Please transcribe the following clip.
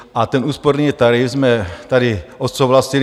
A ten úsporný tarif jsme tady odsouhlasili.